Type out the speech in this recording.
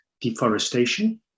deforestation